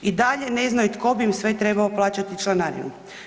I dalje ne znaju tko bi im sve trebao plaćati članarinu.